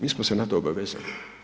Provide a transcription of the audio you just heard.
Mi smo se na to obavezali.